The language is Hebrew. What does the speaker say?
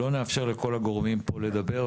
אז לא נאפשר לכל הגורמים פה לדבר,